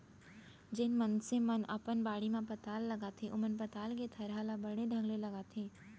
जेन मनसे मन अपन बाड़ी म पताल लगाथें ओमन पताल के थरहा ल बने ढंग ले लगाथें